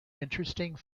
interesting